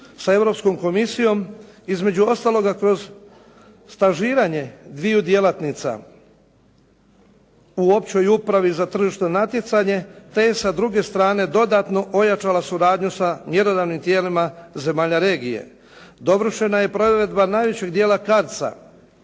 sa Europskom komisijom između ostalog kroz stažiranje dviju djelatnica u općoj upravi za tržišno natjecanje, te je sa druge strane dodatno ojačala suradnju sa mjerodavnim tijelima zemalja regije. Dovršena je provedba najvećeg dijela CARDS-a,